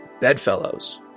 bedfellows